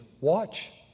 watch